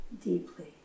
deeply